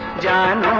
john